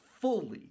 fully